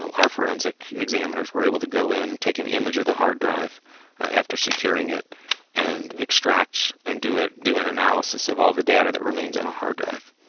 um our forensic examiners were able to go in, take an image of the hard drive after securing it and extract and do ah do an analysis of all the data that remains on a hard drive